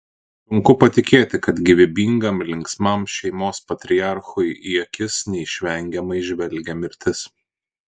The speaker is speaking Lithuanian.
sunku patikėti kad gyvybingam linksmam šeimos patriarchui į akis neišvengiamai žvelgia mirtis